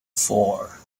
four